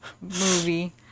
movie